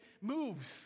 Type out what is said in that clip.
moves